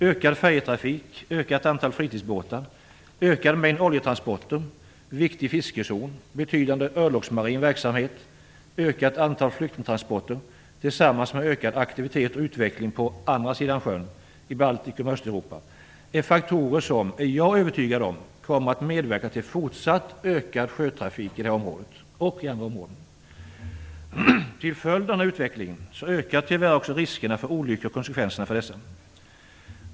Ökad färjetrafik, ökat antal fritidsbåtar, ökad mängd oljetransporter, viktig fiskezon, betydande örlogsmarin verksamhet, ökat antal flyktingtransporter tillsammans med ökad aktivitet och utveckling "på andra sidan sjön" - i Baltikum och Östeuropa - är faktorer som jag är övertygad om kommer att medverka till fortsatt ökad sjötrafik i detta område och i andra områden. Till följd av denna utveckling ökar tyvärr också riskerna för olyckor och konsekvenserna av dessa.